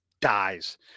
dies